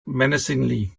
menacingly